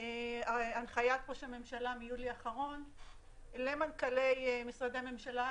הנחיית ראש הממשלה מיולי האחרון למנכ"לי משרדי הממשלה